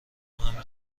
همه